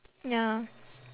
ya